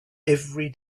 every